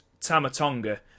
Tamatonga